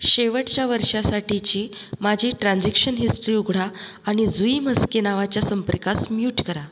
शेवटच्या वर्षासाठीची माझी ट्रान्झिक्शन हिस्ट्री उघडा आणि जुई म्हस्के नावाच्या संपर्कास म्यूट करा